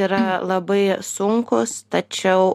yra labai sunkūs tačiau